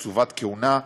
קצובת כהונה,